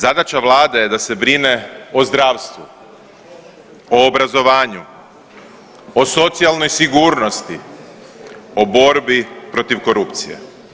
Zadaća vlade je da se brine o zdravstvu, o obrazovanju, o socijalnoj sigurnosti, o borbi protiv korupcije.